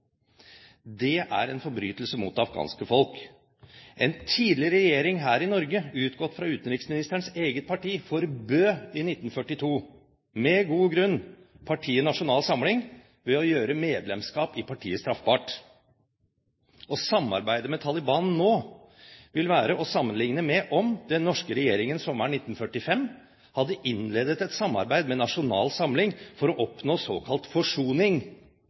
Det er en forbrytelse mot det afghanske folk. En tidligere regjering her i Norge, utgått fra utenriksministerens eget parti, forbød i 1942 – med god grunn – partiet Nasjonal Samling, ved å gjøre medlemskap i partiet straffbart. Å samarbeide med Taliban nå vil være å sammenligne med om den norske regjeringen sommeren 1945 hadde innledet et samarbeid med Nasjonal Samling for å oppnå såkalt forsoning.